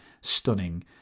stunning